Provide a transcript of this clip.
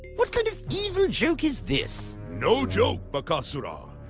what kind of evil joke is this? no joke, bakasura.